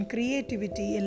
Creativity